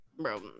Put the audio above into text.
Bro